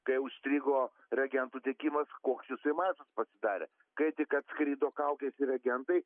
kai užstrigo reagentų tiekimas koks jisai matote pasidarė kai tik atskrido kaukėis reagentai